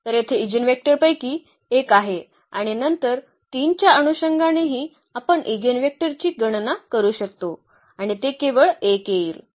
तर येथे इजीनवेक्टरपैकी एक आहे आणि नंतर 3 च्या अनुषंगानेही आपण इगेनवेक्टरची गणना करू शकतो आणि ते केवळ 1 येईल